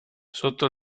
sotto